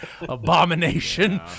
abomination